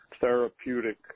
therapeutic